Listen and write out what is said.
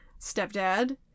stepdad